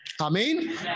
Amen